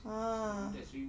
ah